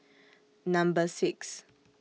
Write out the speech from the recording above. Number six